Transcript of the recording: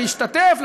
להשתתף,